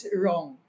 wrong